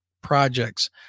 projects